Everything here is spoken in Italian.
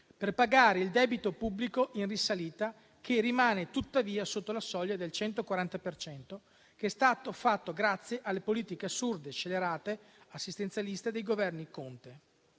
per pagare il debito pubblico in risalita (che rimane tuttavia sotto la soglia del 140 per cento), che è stato fatto grazie alle politiche assurde, scellerate e assistenzialiste dei Governi Conte,